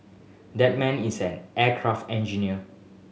that man is an aircraft engineer